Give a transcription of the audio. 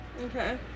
Okay